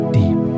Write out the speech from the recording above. deep